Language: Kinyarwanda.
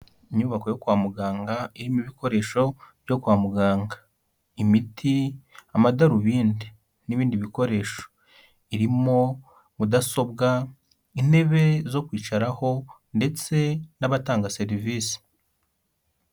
Inyubako yo kwa muganga irimo ibikoresho byo kwa muganga, imiti, amadarubindi n'ibindi bikoresho, irimo mudasobwa, intebe zo kwicaraho ndetse n'abatanga serivisi.